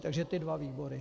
Takže ty dva výbory.